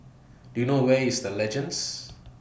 Do YOU know Where IS The Legends